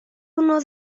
uno